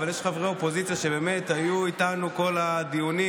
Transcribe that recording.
אבל יש חברי אופוזיציה שבאמת היו איתנו כל הדיונים,